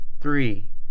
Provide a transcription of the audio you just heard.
three